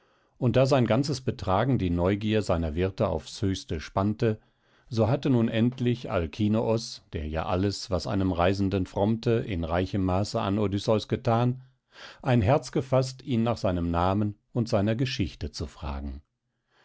und da sein ganzes betragen die neugier seiner wirte aufs höchste spannte so hatte nun endlich alkinoos der ja alles was einem reisenden frommte in reichem maße an odysseus gethan ein herz gefaßt ihn nach seinem namen und seiner geschichte zu fragen